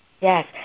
Yes